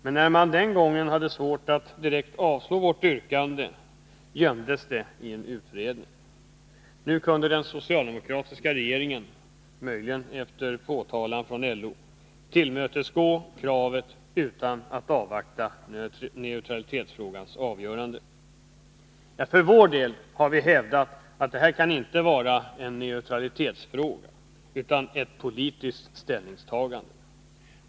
Men när man den gången hade svårt att direkt avslå vårt yrkande gömdes det i en utredning. Nu kunde den socialdemokratiska regeringen, möjligen efter påpekande från LO, tillmötesgå kravet utan att avvakta neutralitetsfrågans avgörande. För vår del har vi hävdat att det inte kan vara en fråga om neutralitet, utan det är ett politiskt ställningstagande.